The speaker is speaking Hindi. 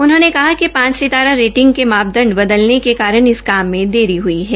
उन्होंने कहा कि पांच सितारा रेटिंग के मापदंड बदलने के कारण इस काम में देरी हई है